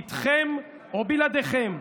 איתכם או בלעדיכם,